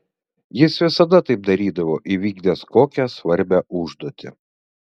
jis visada taip darydavo įvykdęs kokią svarbią užduotį